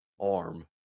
arm